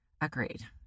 agreed